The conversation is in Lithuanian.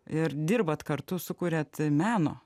ir dirbat kartu sukuriat meno